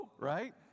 right